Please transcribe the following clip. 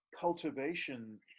cultivation